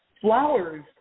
flowers